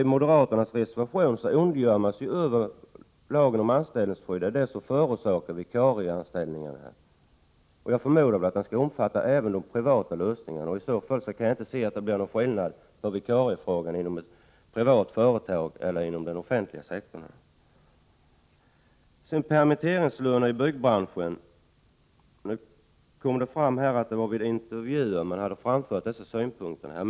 I moderaternas reservation ondgör man sig nämligen över lagen om anställningsskydd, och det sägs att det är den som förorsakar vikarieanställningarna. Jag förmodar att lagen skall omfatta även de privata lösningarna. I så fall kan jag inte inse att det skulle bli någon skillnad inom ett privat företag eller inom den offentliga sektorn när det gäller vikariefrågan. När det gäller permitteringslöner i byggbranschen så framkom det att synpunkterna i fråga hade framförts vid intervjuer.